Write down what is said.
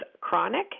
chronic